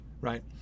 Right